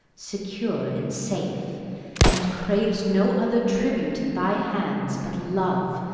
secure and safe and craves no other tribute at thy hands but love,